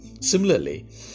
similarly